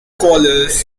scholars